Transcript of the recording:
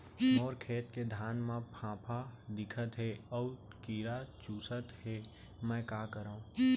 मोर खेत के धान मा फ़ांफां दिखत हे अऊ कीरा चुसत हे मैं का करंव?